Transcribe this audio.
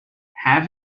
have